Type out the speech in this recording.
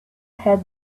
had